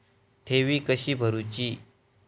ठेवी कशी भरूची?